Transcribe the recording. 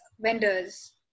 vendors